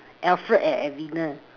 Alfred and edwina